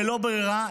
בלית ברירה,